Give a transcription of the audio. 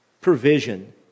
provision